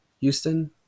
Houston